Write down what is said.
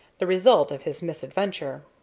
the result of his misadventure.